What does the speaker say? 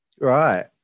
Right